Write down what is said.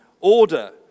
order